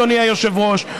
אדוני היושב-ראש,